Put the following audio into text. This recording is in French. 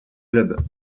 club